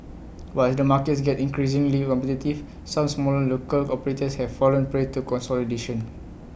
but as the markets gets increasingly competitive some smaller local operators have fallen prey to consolidation